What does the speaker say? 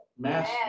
Mass